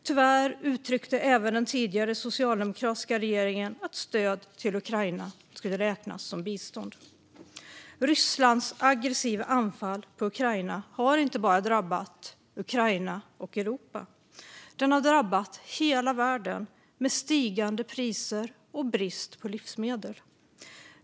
Tyvärr uttryckte även den tidigare socialdemokratiska regeringen att stöd till Ukraina skulle räknas som bistånd. Rysslands aggressiva anfall på Ukraina har inte bara drabbat Ukraina och Europa. Det har drabbat hela världen med stigande priser och brist på livsmedel.